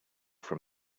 from